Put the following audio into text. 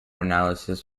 analysis